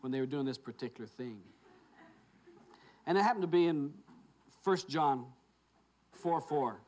when they were doing this particular thing and i happen to be in first john four four